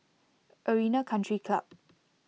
Arena Country Club